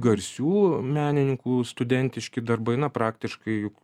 garsių menininkų studentiški darbai na praktiškai juk